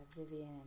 Vivian